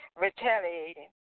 retaliating